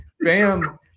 Bam